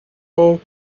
all